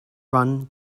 run